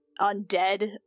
undead